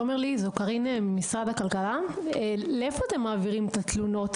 תומר-לי, לאן אתם מעבירים את התלונות על הפרות?